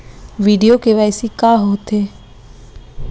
video KYC का होथे